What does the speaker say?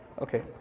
Okay